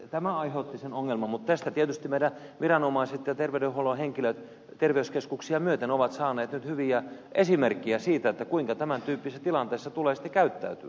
tämä aiheutti sen ongelman mutta tästä tietysti meidän viranomaiset ja terveydenhuollon henkilöt terveyskeskuksia myöten ovat saaneet nyt hyviä esimerkkejä siitä kuinka tämän tyyppisessä tilanteessa tulee käyttäytyä